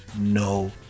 no